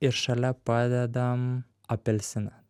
ir šalia padedam apelsiną